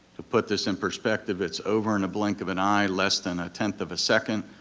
to put this in perspective, it's over in a blink of an eye, less than a tenth of a second.